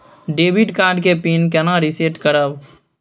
Debit card के PIN केना reset करब?